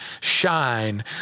shine